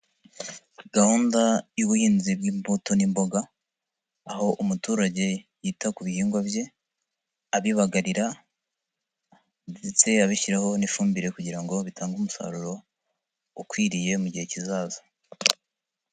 Gahunda y'ubuhinzi bw'imbuto n'imboga, aho umuturage yita ku bihingwa bye abibagarira ndetse abishyiraho n'ifumbire kugira ngo bitange umusaruro ukwiriye mu gihe kizaza.